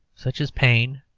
such as pain,